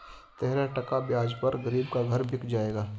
तेरह टका ब्याज पर गरीब का घर बिक जाएगा